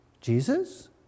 Jesus